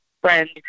friend